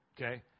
Okay